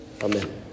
Amen